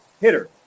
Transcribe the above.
hitter